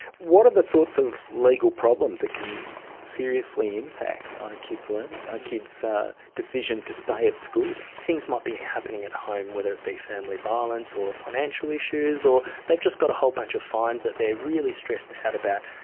what are the sorts of legal problems that can seriously impact on a kid's learning, on a kid's decision to stay at school? things might be happening at home, whether it be family violence or financial issues, or they've just got a whole bunch of fines that they are really stressed out about.